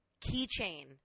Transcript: keychain